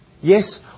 Yes